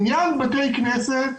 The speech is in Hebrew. בעניין בתי כנסת,